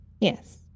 Yes